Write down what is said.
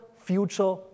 future